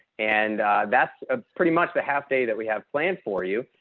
and that's pretty much the half day that we have planned for you.